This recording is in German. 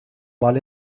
mal